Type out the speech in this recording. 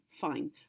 fine